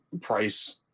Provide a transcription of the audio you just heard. price